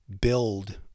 build